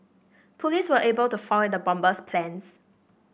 police were able to foil the bomber's plans